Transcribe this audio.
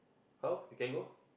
how we can go